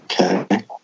Okay